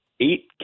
eight